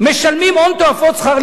משלמים הון תועפות שכר לימוד,